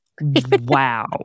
Wow